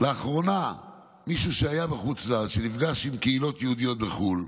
לאחרונה מישהו שהיה בחו"ל ונפגש עם קהילות יהודיות בחו"ל,